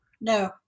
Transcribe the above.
no